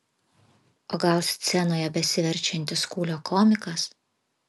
o gal scenoje besiverčiantis kūlio komikas